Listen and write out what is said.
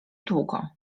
długo